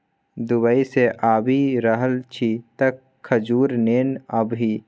Dubai सँ आबि रहल छी तँ खजूर नेने आबिहे